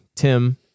Tim